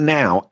now